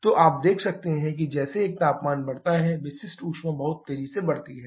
तो आप देख सकते हैं कि जैसे एक तापमान बढ़ता है विशिष्ट ऊष्मा बहुत तेजी से बढ़ती रहती है